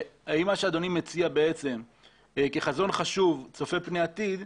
האם מה שאדוני מציע בעצם כחזון חשוב צופה פני עתיד,